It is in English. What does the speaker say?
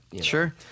Sure